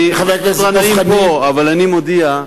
אבל אני מודיע,